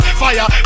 fire